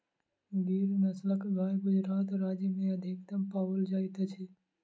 गिर नस्लक गाय गुजरात राज्य में अधिकतम पाओल जाइत अछि